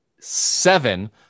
seven